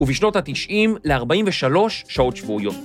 ובשנות ה-90 ל-43 שעות שבועיות.